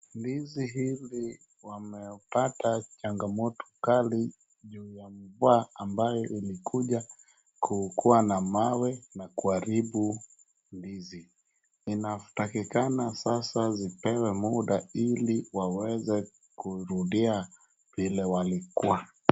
Ndizi hizi wamepata changamoto kali juu ya mvua ambayo ilikuja kukuwa na mawe na kuharibu ndizi. Inatakikana sasa zipewe muda hili waweze kurudia vile walikuwa.